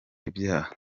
ibyaha